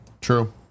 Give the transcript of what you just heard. True